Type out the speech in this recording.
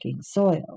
soil